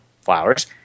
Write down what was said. flowers